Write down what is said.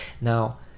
Now